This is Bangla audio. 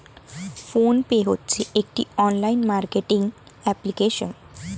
ফোন পে হচ্ছে একটি অনলাইন মার্কেটিং অ্যাপ্লিকেশন